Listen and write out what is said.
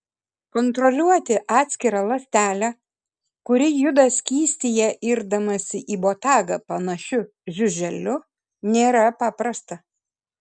kontroliuoti atskirą ląstelę kuri juda skystyje irdamasi į botagą panašiu žiuželiu nėra paprasta